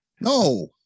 No